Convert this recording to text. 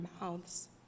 mouths